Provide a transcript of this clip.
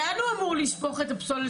לאן הוא אמור לשפוך את הפסולת?